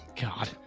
God